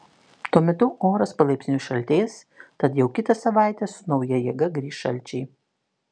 tuo metu oras palaipsniui šaltės tad jau kitą savaitę su nauja jėga grįš šalčiai